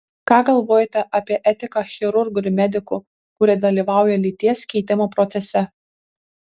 ką galvojate apie etiką chirurgų ir medikų kurie dalyvauja lyties keitimo procese